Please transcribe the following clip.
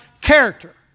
character